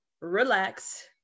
relax